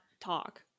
talk